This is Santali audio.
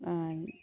ᱟᱨ